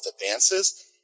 advances